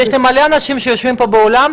יש הרבה אנשים שיושבים פה באולם,